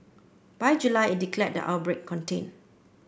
by July it declared the outbreak contained